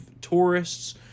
tourists